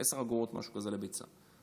אגורות, משהו כזה, לביצה.